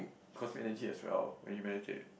cost energy as well when you meditate